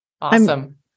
Awesome